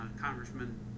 Congressman